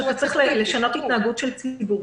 כשאתה רוצה לשנות התנהגות של ציבור,